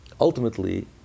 Ultimately